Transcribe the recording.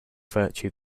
virtue